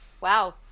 wow